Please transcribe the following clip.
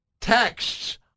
texts